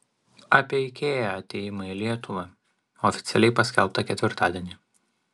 apie ikea atėjimą į lietuvą oficialiai paskelbta ketvirtadienį